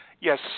yes